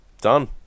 Done